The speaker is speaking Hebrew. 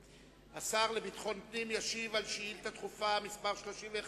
השר לביטחון פנים ישיב על שאילתא דחופה מס' 31